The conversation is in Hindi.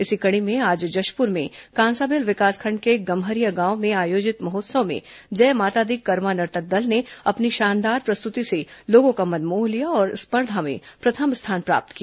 इसी कड़ी में आज जशपुर में कांसाबेल विकासखंड के गम्हरिया गांव में आयोजित महोत्सव में जय माता दी करमा नर्तक दल ने अपनी शानदार प्रस्तुति से लोगों का मन मोह लिया और स्पर्धा में प्रथम स्थान प्राप्त किया